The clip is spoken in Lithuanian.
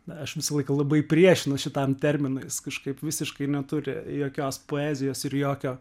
na aš visą laiką labai priešinuos šitam terminais jis kažkaip visiškai neturi jokios poezijos ir jokio